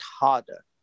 harder